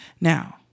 now